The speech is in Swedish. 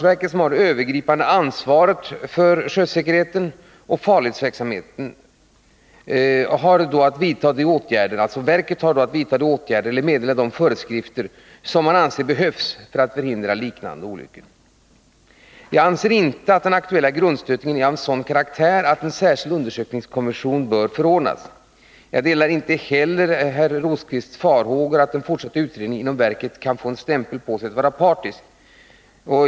Verket, som har det övergripande ansvaret för sjösäkerheten och farledsverksamheten, har då att vidta de åtgärder eller meddela de föreskrifter som verket anser behövs för att förhindra liknande olyckor. Jag anser inte att den aktuella grundstötningen är av sådan karaktär att en särskild undersökningskommission bör förordnas. Jag delar inte heller Birger Rosqvists farhågor att den fortsatta utredningen inom verket kan få en stämpel på sig att vara partisk.